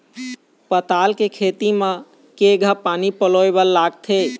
पताल के खेती म केघा पानी पलोए बर लागथे?